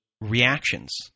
reactions